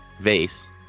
vase